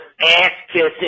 ass-kissing